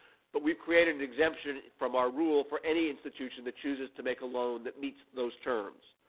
but we've created an exemption from our rule for any institution that chooses to make a loan that meets those terms.